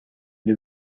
dei